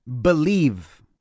believe